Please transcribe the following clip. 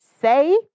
Say